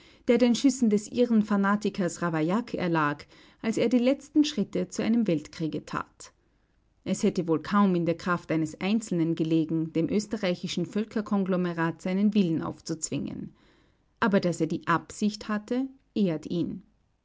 der den schüssen des irren fanatikers ravaillac erlag als er die letzten schritte zu einem weltkriege tat es hätte wohl kaum in der kraft eines einzelnen gelegen dem österreichischen völkerkonglomerat seinen willen aufzuzwingen aber daß er die absicht hatte ehrt ihn